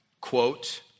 quote